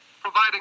Providing